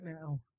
now